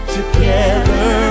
Together